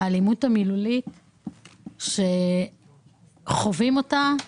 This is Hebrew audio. האלימות המילולית שחווים אותה.